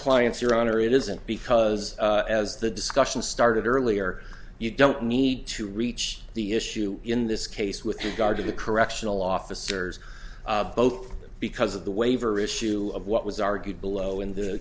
clients your honor it isn't because as the discussion started earlier you don't need to reach the issue in this case with regard to the correctional officers both because of the waiver issue of what was argued below in the